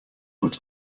but